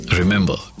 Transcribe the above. remember